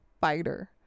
fighter